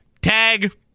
tag